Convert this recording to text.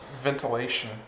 ventilation